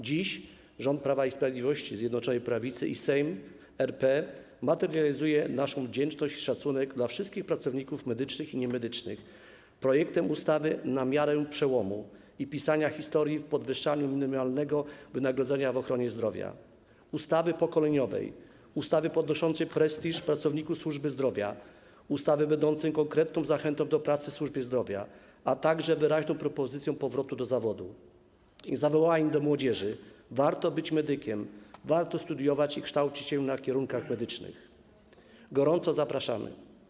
Dziś rząd Prawa i Sprawiedliwości, Zjednoczonej Prawicy i Sejm RP materializują naszą wdzięczność i szacunek dla wszystkich pracowników medycznych i niemedycznych projektem ustawy na miarę przełomu i pisania historii w zakresie podwyższania minimalnego wynagrodzenia w ochronie zdrowia - ustawy pokoleniowej, ustawy podnoszącej prestiż pracowników służby zdrowia, ustawy będącej konkretną zachętą do pracy w służbie zdrowia, a także wyraźną propozycją powrotu do zawodu i zawołaniem do młodzieży: warto być medykiem, warto studiować i kształcić się na kierunkach medycznych, gorąco zapraszamy.